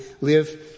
live